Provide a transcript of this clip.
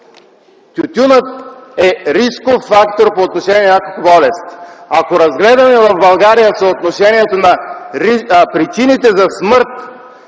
тютюнът е рисков фактор по отношение на няколко болести. Ако разгледаме в България съотношението на причините за смърт,